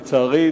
לצערי,